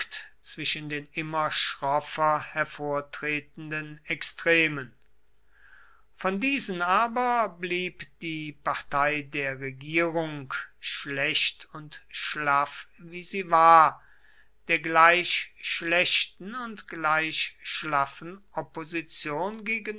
zwischen den immer schroffer hervortretenden extremen von diesen aber blieb die partei der regierung schlecht und schlaff wie sie war der gleich schlechten und gleich schlaffen opposition